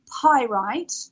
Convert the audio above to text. pyrite